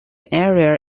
area